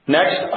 Next